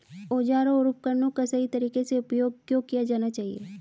औजारों और उपकरणों का सही तरीके से उपयोग क्यों किया जाना चाहिए?